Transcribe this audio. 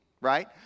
right